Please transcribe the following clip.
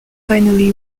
finally